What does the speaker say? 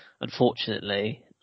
unfortunately